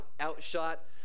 outshot